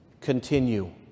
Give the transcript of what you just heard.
continue